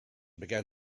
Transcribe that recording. began